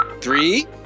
three